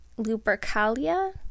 Lupercalia